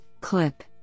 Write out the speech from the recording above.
CLIP